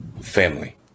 family